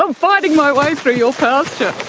so fighting my way through your pasture!